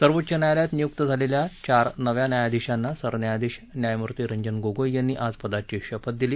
सर्वोच्च न्यायालयात नियुक्त झालेल्या चार नव्या न्यायाधीशांना सरन्यायाधीश न्यायमूर्ती रंजन गोगोई यांनी आज पदाची शपथ दिली